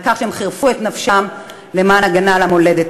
ושהם חירפו את נפשם למען הגנה על המולדת.